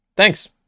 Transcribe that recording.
Thanks